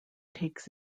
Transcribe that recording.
takes